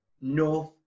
North